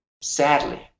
sadly